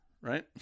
right